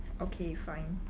okay fine